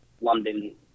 London